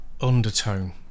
undertone